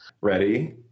ready